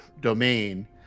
domain